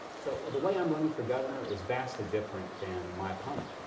so the way i'm running for governor is vastly different than my opponent.